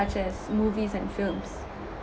as movies and films